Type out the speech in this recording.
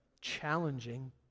challenging